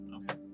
Okay